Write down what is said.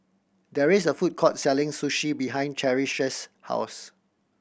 there is a food court selling Sushi behind Cherish's house